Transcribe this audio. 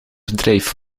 bedrijf